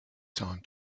time